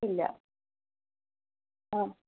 ഇല്ല